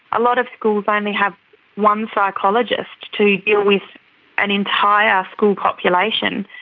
a lot of schools only have one psychologist to deal with an entire school population,